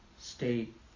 state